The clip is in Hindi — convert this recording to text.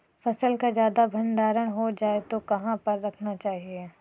फसल का ज्यादा भंडारण हो जाए तो कहाँ पर रखना चाहिए?